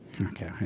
Okay